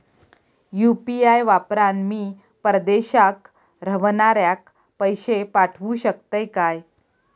UPI वापरान मी परदेशाक रव्हनाऱ्याक पैशे पाठवु शकतय काय?